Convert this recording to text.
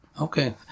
Okay